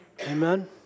Amen